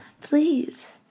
please